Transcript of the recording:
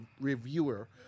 reviewer